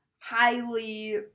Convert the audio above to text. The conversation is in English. highly